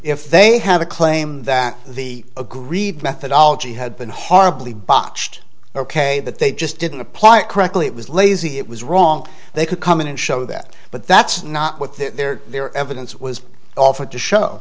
if they have a claim that the aggrieved methodology had been horribly botched ok that they just didn't apply it correctly it was lazy it was wrong they could come in and show that but that's not what their their evidence was offered to show